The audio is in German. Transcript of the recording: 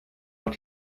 noch